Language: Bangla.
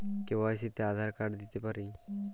কে.ওয়াই.সি তে আঁধার কার্ড দিতে পারি কি?